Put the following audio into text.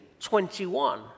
21